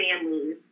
families